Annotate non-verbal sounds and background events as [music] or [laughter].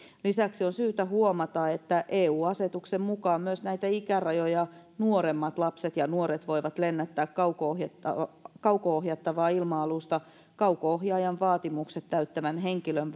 lisäksi on syytä huomata että eu asetuksen mukaan myös näitä ikärajoja nuoremmat lapset ja nuoret voivat lennättää kauko ohjattavaa kauko ohjattavaa ilma alusta kauko ohjaajan vaatimukset täyttävän henkilön [unintelligible]